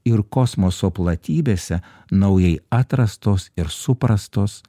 ir kosmoso platybėse naujai atrastos ir suprastos